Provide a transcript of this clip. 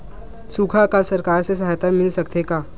सुखा अकाल सरकार से सहायता मिल सकथे का?